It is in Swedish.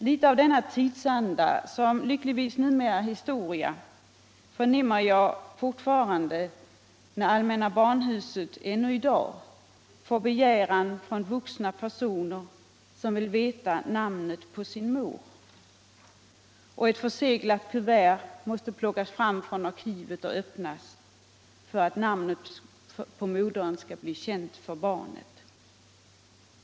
Litet av denna tidsanda, som lyckligtvis numera är historia, förnimmer jag fortfarande när i Allmänna barnhuset ännu i dag på begäran från vuxna personer som vill veta namnet på sin mor ett förseglat kuvert måste plockas fram från arkivet och öppnas för att namnet på modern skall bli känt för barnet.